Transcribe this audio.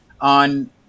on